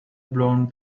blown